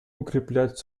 укреплять